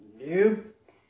Nope